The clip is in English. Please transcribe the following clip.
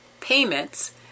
payments